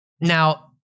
now